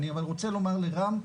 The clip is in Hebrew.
אבל אני רוצה לומר לרם וליושבת-ראש: